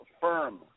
firm